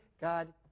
God